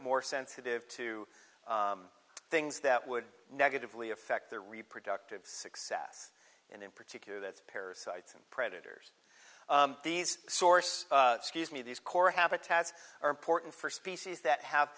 more sensitive to things that would negatively affect their reproductive success and in particular that parasites and predators these source scuse me these core habitats are important for species that have